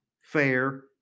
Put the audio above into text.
fair